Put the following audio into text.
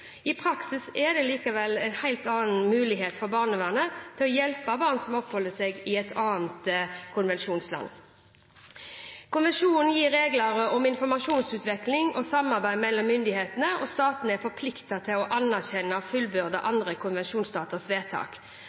I praksis er det likevel en helt annen mulighet for barnevernet til å hjelpe barn som oppholder seg i en annen konvensjonsstat. Konvensjonen gir regler om informasjonsutveksling og samarbeid mellom myndigheter, og statene er forpliktet til å anerkjenne og fullbyrde andre konvensjonsstaters vedtak.